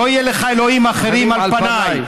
לא יהיה לך אלהים אחרים על פני.